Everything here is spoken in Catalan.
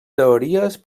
teories